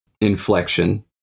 inflection